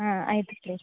ಹಾಂ ಆಯಿತು ಸರ್